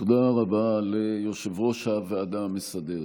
תודה רבה ליושב-ראש הוועדה המסדרת.